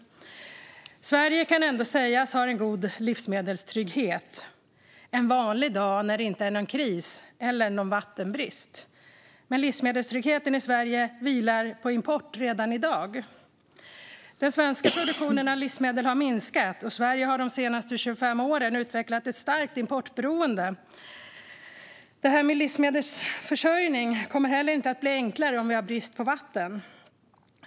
Sverige kan ändå sägas ha en god livsmedelstrygghet en vanlig dag när det inte är någon kris eller någon vattenbrist. Men livsmedelstryggheten i Sverige vilar redan i dag på import. Den svenska produktionen av livsmedel har minskat. Sverige har de senaste 25 åren utvecklat ett starkt importberoende. Livsmedelsförsörjning kommer heller inte att bli enklare om vi har brist på vatten.